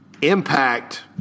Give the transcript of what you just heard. Impact